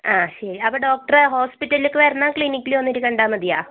ആ ശരി അപ്പോൾ ഡോക്ടറെ ഹോസ്പിറ്റലിലേക്ക് വരണോ ക്ലിനിക്കിലേക്ക് വന്നിട്ട് കണ്ടാൽ മതിയോ